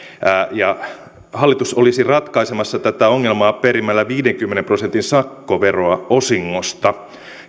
hallitus olisi ratkaisemassa tätä ongelmaa perimällä viidenkymmenen prosentin sakkoveroa osingosta